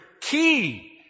key